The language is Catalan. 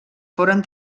foren